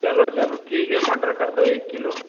चलो चलो ठीक है मटर कर दो एक किलो